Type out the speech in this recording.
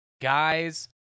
guys